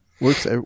Works